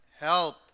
help